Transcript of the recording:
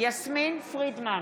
יסמין פרידמן,